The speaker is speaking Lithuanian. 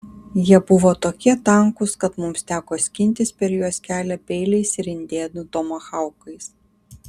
jie buvo tokie tankūs kad mums teko skintis per juos kelią peiliais ir indėnų tomahaukais